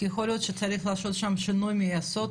כי יכול להיות שצריך לעשות שם שינוי מהיסוד,